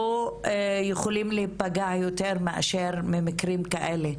יכולים להיפגע יותר מאשר ממקרים כאלה,